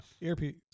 Earpiece